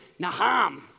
naham